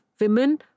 women